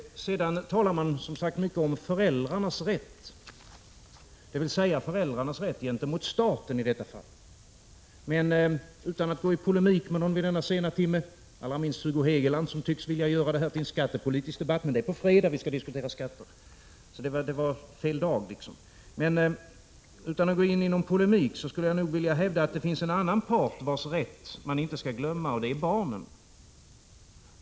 Man talar mycket om föräldrarnas rätt dvs. föräldrarnas rätt gentemot staten i detta fall. Utan att vid denna sena timme vilja gå i polemik med någon —- allra minst med Hugo Hegeland som tycks vilja göra det här till en skattepolitisk debatt, men det är på fredag vi skall diskutera skatterna, så det är liksom fel dag — skulle jag vilja hävda att det finns en annan part, vars rätt man inte skall glömma, och det är barnen.